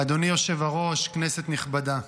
אדוני היושב-ראש, כנסת נכבדה,